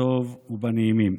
בטוב ובנעימים.